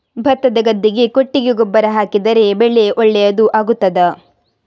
ಭತ್ತದ ಗದ್ದೆಗೆ ಕೊಟ್ಟಿಗೆ ಗೊಬ್ಬರ ಹಾಕಿದರೆ ಬೆಳೆ ಒಳ್ಳೆಯದು ಆಗುತ್ತದಾ?